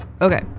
Okay